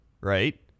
right